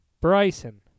Bryson